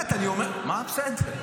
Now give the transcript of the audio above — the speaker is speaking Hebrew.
מה בסדר?